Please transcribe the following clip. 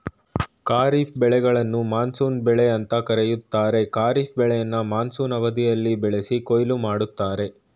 ಖಾರಿಫ್ ಬೆಳೆಗಳನ್ನು ಮಾನ್ಸೂನ್ ಬೆಳೆ ಅಂತ ಕರೀತಾರೆ ಖಾರಿಫ್ ಬೆಳೆಯನ್ನ ಮಾನ್ಸೂನ್ ಅವಧಿಯಲ್ಲಿ ಬೆಳೆಸಿ ಕೊಯ್ಲು ಮಾಡ್ತರೆ